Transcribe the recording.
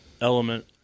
element